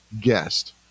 guest